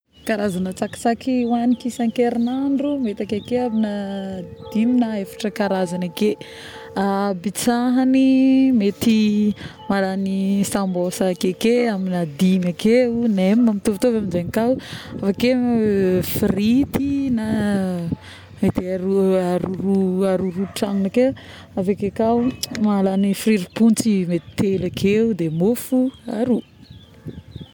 Karazagna tsakitsaky hoagniky isagn-kerignandro, mety akeke amina dimy na efatra karazagny ake abetsahagny, mety malagny amina sambosa akeke amina dimy ake nem mitovitovy amizegny ka avikeo frity na mety aroa, aroa, aroaroa tragnony ake, avekeo kao malagny frire pontsy mety telo akeo de mofo aroa